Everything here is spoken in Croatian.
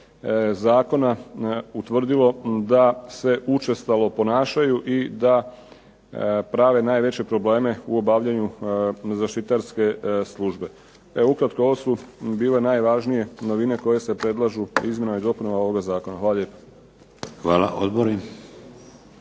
zakona utvrdilo da se učestalo ponašaju i da prave najveće probleme u obavljanju zaštitarske službe. Evo ukratko, ovo su bile najvažnije novine koje se predlažu izmjenama i dopunama ovoga zakona. Hvala lijepa.